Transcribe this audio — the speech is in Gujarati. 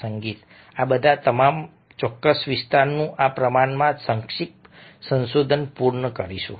અમે આ ચોક્કસ વિસ્તારનું આ પ્રમાણમાં સંક્ષિપ્ત સંશોધન પૂર્ણ કરીશું